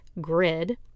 grid